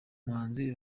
muhanzi